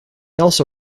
also